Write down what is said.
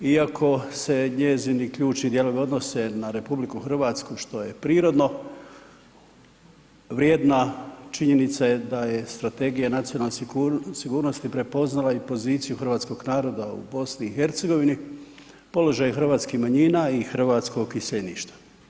Iako se njezini ključni dijelovi odnose na RH što je prirodno, vrijedna činjenica je da je Strategija nacionalne sigurnosti prepoznala i poziciju hrvatskog naroda u BiH, položaj hrvatskih manjina i hrvatskog iseljeništva.